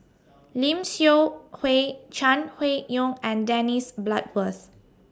Lim Seok Hui Chai Hui Yoong and Dennis Bloodworth